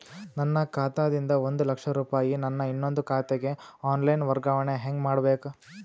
ನನ್ನ ಖಾತಾ ದಿಂದ ಒಂದ ಲಕ್ಷ ರೂಪಾಯಿ ನನ್ನ ಇನ್ನೊಂದು ಖಾತೆಗೆ ಆನ್ ಲೈನ್ ವರ್ಗಾವಣೆ ಹೆಂಗ ಮಾಡಬೇಕು?